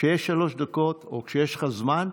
כשיש שלוש דקות או כשיש לך זמן,